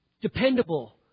dependable